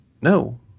no